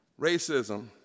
Racism